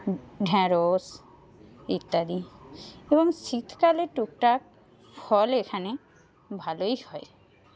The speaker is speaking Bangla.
ঢ্যাঁড়শ ইত্যাদি এবং শীতকালে টুকটাক ফল এখানে ভালোই হয়